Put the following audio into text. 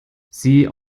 sie